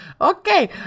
Okay